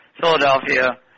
Philadelphia